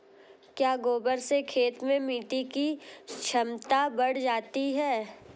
क्या गोबर से खेत में मिटी की क्षमता बढ़ जाती है?